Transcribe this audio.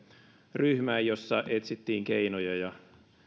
ryhmään jossa etsittiin keinoja ja